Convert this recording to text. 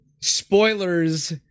spoilers